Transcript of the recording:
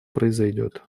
произойдет